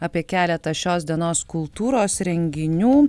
apie keletą šios dienos kultūros renginių